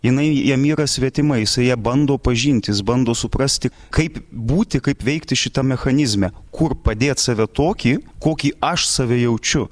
jinai jam yra svetima jisai ją bando pažint jis bando suprasti kaip būti kaip veikti šitam mechanizme kur padėt save tokį kokį aš save jaučiu